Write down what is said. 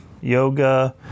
yoga